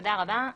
תודה רבה,